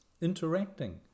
interacting